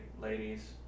ladies